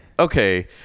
okay